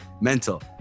mental